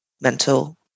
mental